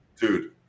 dude